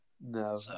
no